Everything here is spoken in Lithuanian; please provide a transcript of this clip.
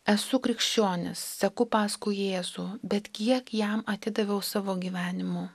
esu krikščionis seku paskui jėzų bet kiek jam atidaviau savo gyvenimu